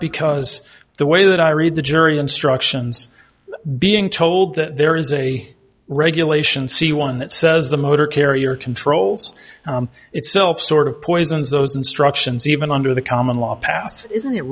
because the way that i read the jury instructions being told that there is a regulation c one that says the motor carrier controls itself sort of poisons those instructions even under the common law passed isn't